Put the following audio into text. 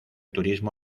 turismo